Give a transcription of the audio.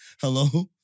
Hello